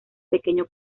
pequeño